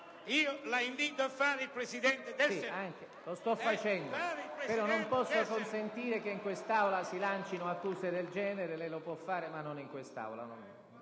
Io la invito a fare il Presidente del Senato.